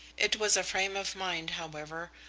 it was a frame of mind, however,